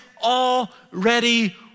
already